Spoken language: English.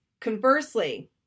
conversely